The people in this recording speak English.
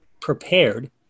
prepared